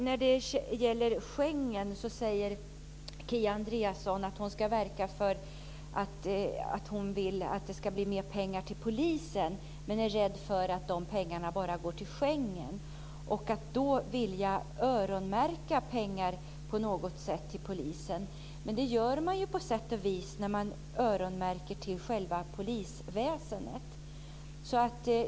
När det gäller Schengen säger Kia Andreasson att hon ska verka för att det ska bli mer pengar till polisen, men att hon är rädd för att de pengarna bara går till Schengen och därför vill öronmärka pengar till polisen på något sätt. Det gör man ju på sätt och vis när man öronmärker till själva polisväsendet.